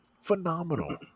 phenomenal